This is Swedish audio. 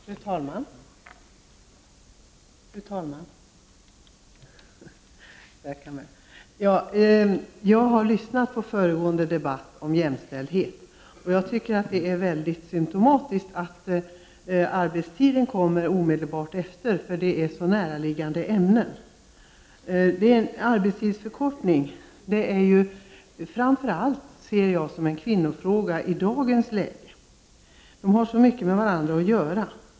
Fru talman! Jag har lyssnat på den föregående debatten om jämställdhet. Det är symptomatiskt att arbetstiden behandlas omedelbart därefter, eftersom den är ett så näraliggande ämne. Jag ser i dagens läge en arbetstidsförkortning framför allt som en kvinnofråga. Dessa frågor har så mycket med varandra att göra.